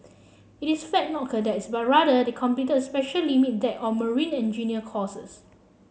it is fact not cadets but rather they completed special limit deck or marine engineer courses